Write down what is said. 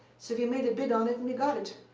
so we made a bid on it and we got it.